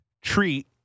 treat